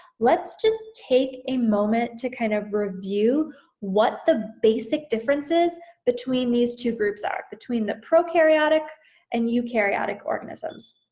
let's just take a moment to kind of review what the basic differences between these two groups are, between the prokaryotic and eukaryotic organisms.